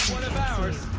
one of ours!